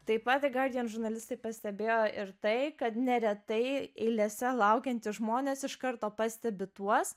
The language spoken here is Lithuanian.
taip pat the guardian žurnalistai pastebėjo ir tai kad neretai eilėse laukiantys žmonės iš karto pastebi tuos